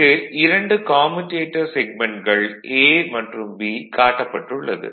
இங்கு இரண்டு கம்யூடேட்டர் செக்மென்ட்கள் A மற்றும் B காட்டப்பட்டுள்ளது